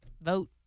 Vote